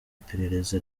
iperereza